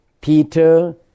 Peter